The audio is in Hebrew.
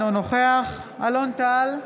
אינו נוכח אלון טל,